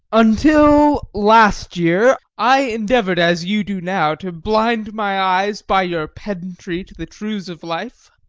until last year i endeavoured, as you do now, to blind my eyes by your pedantry to the truths of life.